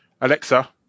Alexa